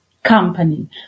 Company